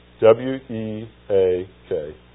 W-E-A-K